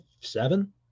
seven